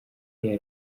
iya